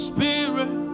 Spirit